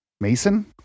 Mason